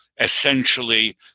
essentially